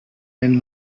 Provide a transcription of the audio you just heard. and